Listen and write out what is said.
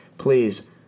Please